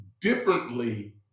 differently